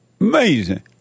Amazing